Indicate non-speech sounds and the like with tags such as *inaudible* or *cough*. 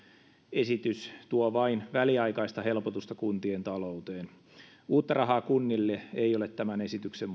esitys tuo vain väliaikaista helpotusta kuntien talouteen uutta rahaa kunnille ei ole tämän esityksen *unintelligible*